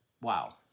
Wow